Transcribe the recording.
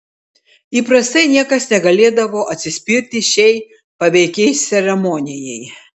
įprastai niekas negalėdavo atsispirti šiai paveikiai ceremonijai